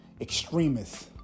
extremists